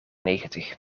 negentig